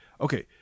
Okay